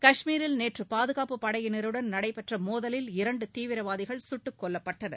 கஷ்மீரில் நேற்று பாதுகாப்பு படையினருடன் நடந்த மோதலில் இரண்டு தீவிரவாதிகள் கட்டுக் கொல்லப்பட்டனர்